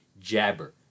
jabber